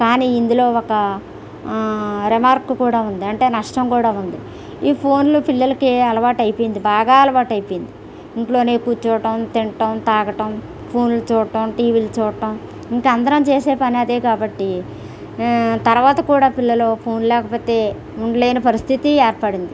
కానీ ఇందులో ఒక రిమార్క్ కూడా ఉంది అంటే నష్టం కూడా ఉంది ఈ ఫోన్లు పిల్లలకి అలవాటు అయిపోయింది బాగా అలవాటు అయిపోయింది ఇంట్లోనే కూర్చోవడం తినడం తాగటం ఫోన్లు చూడటం టీవీలు చూడటం ఇంకా అందరం చేసే పని అదే కాబట్టి తరువాత కూడా పిల్లలు ఫోన్ లేకపోతే ఉండలేని పరిస్థితి ఏర్పడింది